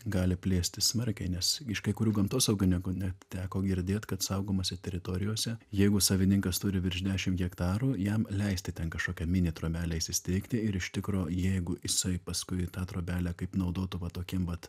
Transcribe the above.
gali plėstis smarkiai nes iš kai kurių gamtosaugininkų net teko girdėt kad saugomose teritorijose jeigu savininkas turi virš dešim hektarų jam leisti ten kažkokią mini trobelę įsisteigti ir iš tikro jeigu jisai paskui tą trobelę kaip naudotų va tokiem vat